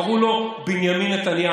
בעקבות בר-און-חברון: קראו לו בנימין נתניהו,